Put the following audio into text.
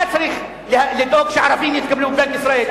אתה צריך לדאוג שערבים יתקבלו בבנק ישראל,